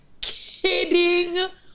Kidding